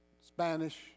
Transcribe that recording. Spanish